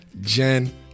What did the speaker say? Jen